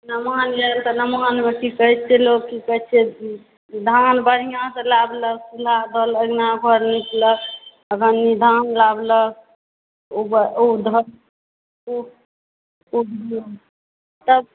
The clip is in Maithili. नवान यऽ नवानमे की करै छै लोक से धान बढ़िऑं से लादलक